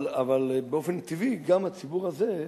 אבל באופן טבעי גם הציבור הזה,